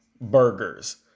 burgers